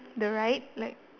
the right like